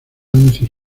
anuncios